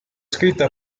scritta